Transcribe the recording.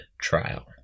trial